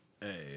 Hey